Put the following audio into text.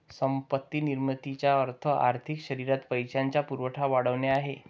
संपत्ती निर्मितीचा अर्थ आर्थिक शरीरात पैशाचा पुरवठा वाढवणे आहे